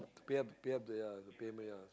pay up pay up the ya the payment ya